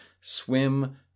swim